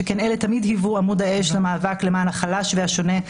שכן אלה תמיד היוו עמוד האש במאבק למען החלש והשונה,